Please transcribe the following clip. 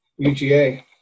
UGA